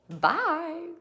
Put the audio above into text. Bye